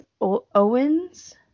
Owens